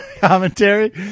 commentary